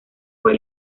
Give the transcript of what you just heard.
fue